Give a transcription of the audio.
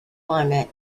climate